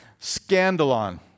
Scandalon